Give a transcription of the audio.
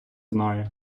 знає